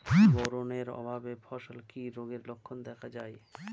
Boron এর অভাবে ফসলে কি রোগের লক্ষণ দেখা যায়?